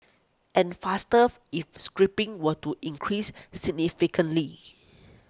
and faster if scrapping were to increase significantly